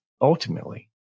ultimately